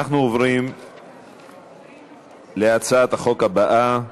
אנחנו עוברים להצעת החוק הבאה: